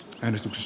yhdistys